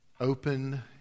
Open